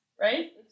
Right